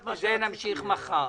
נמשיך בו מחר.